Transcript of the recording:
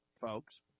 folks